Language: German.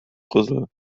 brüssel